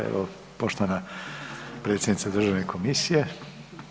Evo, poštovana predsjednica državne komisije.